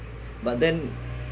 but then